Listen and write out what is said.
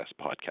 podcast